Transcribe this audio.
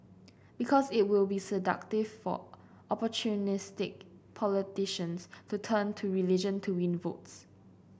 because it will be seductive for opportunistic politicians for turn to religion to win votes